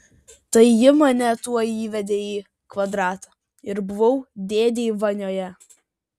tai ji mane tuoj įvedė į kvadratą ir buvau dėdėj vanioje